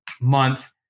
month